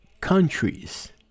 countries